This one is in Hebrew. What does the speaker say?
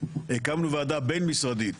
הקמנו ועדה בין משרדית